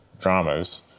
dramas